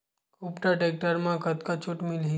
कुबटा टेक्टर म कतका छूट मिलही?